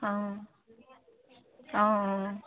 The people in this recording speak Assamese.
অঁ অঁ